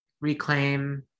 reclaim